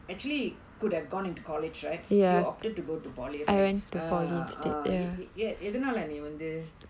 actually could have gone into college right you opted to go to polytechnic right எதனால நீ வந்து:ethanaala nee vanthu